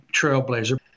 trailblazer